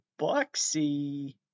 boxy